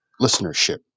listenership